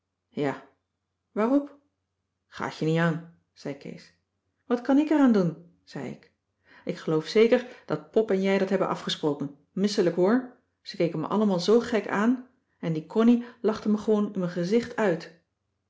ja waarop gaat je niet ân zei kees wat kan ik er aan doen zei ik ik geloof zeker dat pop en jij dat hebben afgesproken misselijk hoor ze keken me allemaal zoo gek aan en die connie lachte me gewoon in mijn gezicht uit